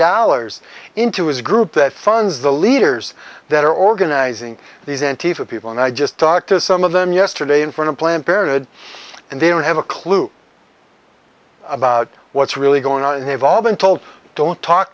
dollars into his group that funds the leaders that are organizing these anti for people and i just talked to some of them yesterday in front of planned parenthood and they don't have a clue about what's really going on and have all been told don't talk